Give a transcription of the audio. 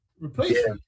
Replace